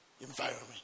environment